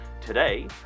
today